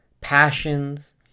passions